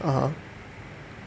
(uh huh)